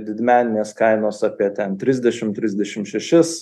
didmeninės kainos apie trisdešim trisdešim šešis